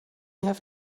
have